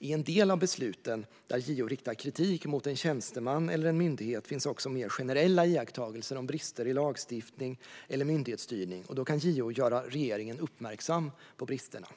I en del av besluten, där JO riktar kritik mot en tjänsteman eller en myndighet, finns också mer generella iakttagelser om brister i lagstiftning eller myndighetsstyrning. Då kan JO göra regeringen uppmärksam på bristerna.